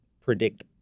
predict